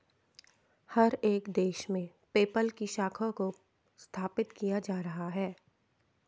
हर एक देश में पेपल की शाखा को स्थापित किया जा रहा है